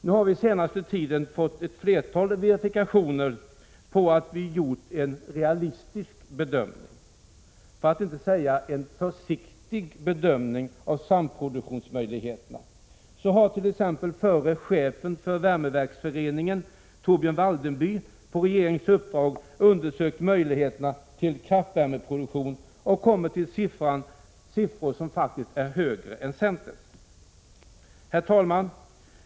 Nu har vi senaste tiden fått flera verifikationer på att vi har gjort en realistisk, för att inte säga försiktig, bedömning av samproduktionsmöjligheterna. Så har t.ex. förre chefen för värmeverksföreningen Torbjörn Waldenby på regeringens uppdrag undersökt möjligheterna till kraftvärmeproduktion och kommit till siffror som faktiskt är högre än centerns. Herr talman!